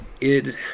It